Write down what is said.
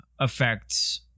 affects